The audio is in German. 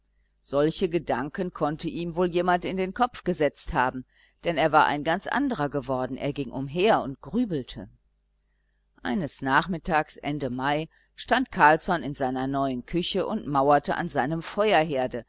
solche gedanken konnte ihm wohl jemand in den kopf gesetzt haben denn er war ein ganz anderer geworden er ging umher und grübelte eines nachmittags ende mai stand carlsson in seiner neuen küche und mauerte an seinem feuerherde